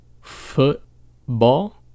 football